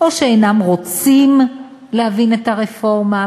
או שאינם רוצים להבין את הרפורמה,